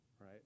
right